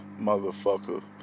Motherfucker